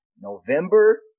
November